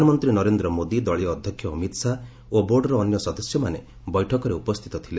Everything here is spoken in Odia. ପ୍ରଧାନମନ୍ତ୍ରୀ ନରେନ୍ଦ୍ର ମୋଦି ଦଳୀୟ ଅଧ୍ୟକ୍ଷ ଅମିତ ଶାହା ଓ ବୋର୍ଡର ଅନ୍ୟ ସଦସ୍ୟମାନେ ବୈଠକରେ ଉପସ୍ଥିତ ଥିଲେ